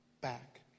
back